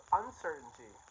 uncertainty